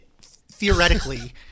theoretically